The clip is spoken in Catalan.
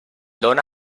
dóna